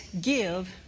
give